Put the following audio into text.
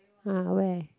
uh where